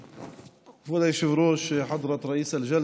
כבוד היושב-ראש, (חוזר על הדברים בערבית,)